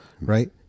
right